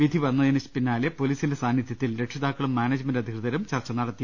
വിധി വന്നതിനു പിന്നാലെ പൊലീസിന്റെ സാന്നിധൃത്തിൽ രക്ഷിതാക്കളും മാനേജ്മെന്റ് അധികൃതരും ചർച്ച നടത്തി